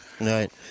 right